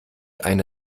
eine